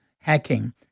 hacking